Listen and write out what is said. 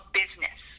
business